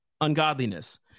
ungodliness